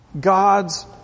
God's